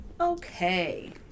Okay